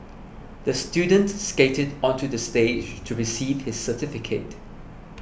the student skated onto the stage to receive his certificate